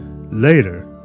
later